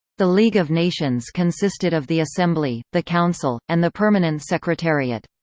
the league of nations consisted of the assembly, the council, and the permanent secretariat.